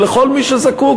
ולכל מי שזקוק,